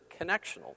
connectional